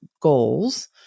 goals